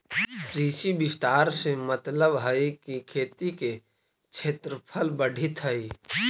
कृषि विस्तार से मतलबहई कि खेती के क्षेत्रफल बढ़ित हई